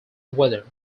weather